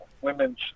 women's